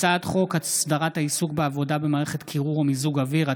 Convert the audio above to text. הצעת חוק הסדרת העיסוק בעבודה במערכת קירור או מיזוג אוויר,